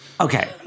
Okay